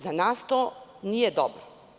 Za nas to nije dobro.